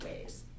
ways